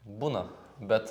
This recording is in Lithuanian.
būna bet